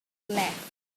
left